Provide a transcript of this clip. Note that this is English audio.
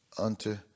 unto